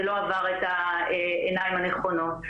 זה לא עבר את העיניים הנכונות,